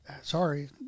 sorry